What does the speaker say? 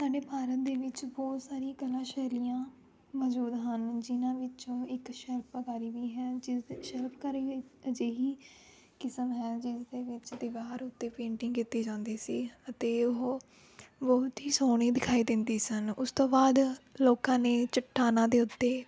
ਸਾਡੇ ਫਾਰਮ ਦੇ ਵਿੱਚ ਬਹੁਤ ਸਾਰੀਆਂ ਕਲਾ ਸ਼ੈਲੀਆਂ ਮੌਜੂਦ ਹਨ ਜਿਨ੍ਹਾਂ ਵਿੱਚੋਂ ਇੱਕ ਸ਼ਿਲਪਕਾਰੀ ਵੀ ਹੈ ਜਿਸ ਦੇ ਸ਼ਿਲਪਕਾਰੀ ਅਜਿਹੀ ਕਿਸਮ ਹੈ ਜਿਸ ਦੇ ਵਿੱਚ ਦੀਵਾਰ ਉੱਤੇ ਪੇਂਟਿੰਗ ਕੀਤੀ ਜਾਂਦੀ ਸੀ ਅਤੇ ਉਹ ਬਹੁਤ ਹੀ ਸੋਹਣੀ ਦਿਖਾਈ ਦਿੰਦੀ ਸਨ ਉਸ ਤੋਂ ਬਾਅਦ ਲੋਕਾਂ ਨੇ ਚਟਾਨਾਂ ਦੇ ਉੱਤੇ